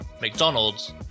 McDonald's